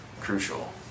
crucial